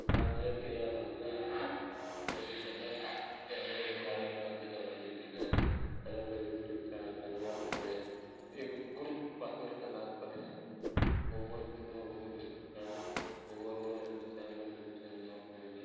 இயற்கையாக பார்த்திங்கன்னா இப்போ ரிசெண்டாக இப்போ வந்து காரியங்கள வந்து நான் வெளியிட்டு இருக்கேன் அதேபோல் யூடியூப் சேனல் தனியாக ஒன்று எங்கள் குரூப் பசங்க எல்லோரும் பார்த்திங்கன்னா ஒவ்வொரு பசங்களும் ஒவ்வொரு சேனல் ஒவ்வொருவனும் ரெண்டு சேனல் மூணு சேனல்லாம் ஓப்பன் பண்ணி